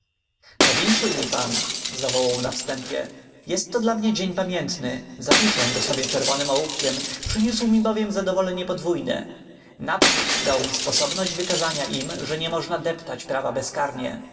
powinszuj mi pan zawołał na wstępie jest to dla mnie dzień pamiętny zapiszę go sobie czerwonym ołówkiem przyniósł mi bowiem zadowolenie podwójne naprzód dał mi sposobność wykazania im że nie można deptać prawa bezkarnie